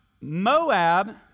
Moab